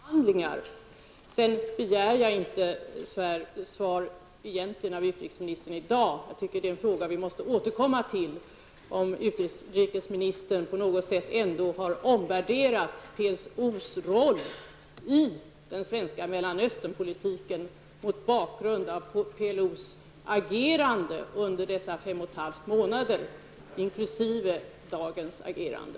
Herr talman! Jag tackar för utrikesministerns svar. Jag tror att det är viktigt för svenska folket att ha en känsla av att det finns en beredskap i Sverige mot terrorhandlingar. Jag begär egentligen inte svar av utrikesministern i dag. Vi får återkomma till frågan om utrikesministern på något sätt ändå har omvärderat PLOs roll i den svenska Mellanösternpolitiken mot bakgrund av PLOs agerande under dessa fem och en halv månader, inkl. dagens agerande.